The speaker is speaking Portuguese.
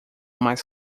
mais